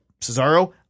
Cesaro